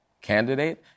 candidate